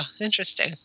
interesting